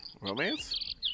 Romance